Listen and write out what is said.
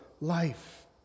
life